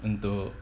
untuk